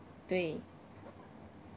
对